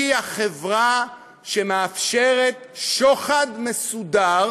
היא החברה שמאפשרת שוחד מסודר